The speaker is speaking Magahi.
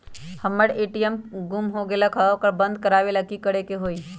हमर ए.टी.एम गुम हो गेलक ह ओकरा बंद करेला कि कि करेला होई है?